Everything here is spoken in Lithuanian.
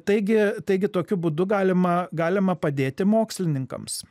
taigi taigi tokiu būdu galima galima padėti mokslininkams